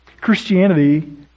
Christianity